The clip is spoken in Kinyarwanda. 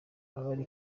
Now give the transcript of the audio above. abari